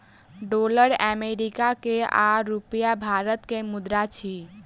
dollar America के आ रूपया भारत के मुद्रा अछि